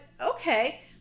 okay